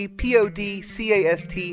podcast